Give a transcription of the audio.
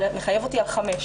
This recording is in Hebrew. אבל מחייב אותי על חמש.